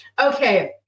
Okay